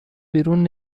بیرون